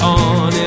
on